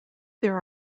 there